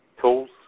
Tools